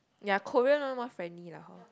ya Korean one more friendly lah lor